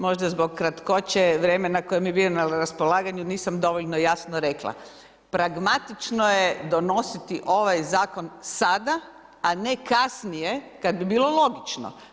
Možda zbog kratkoće, vremena koja mi je bio na raspolaganju, nisam dovoljno i jasno rekla, pragmatično je donositi ovaj zakon sada a ne kasnije kada bi bilo logično.